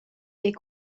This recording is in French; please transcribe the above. est